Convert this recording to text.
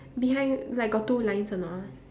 behind like got two lines or not ah